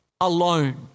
alone